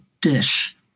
dish